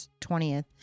20th